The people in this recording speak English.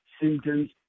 symptoms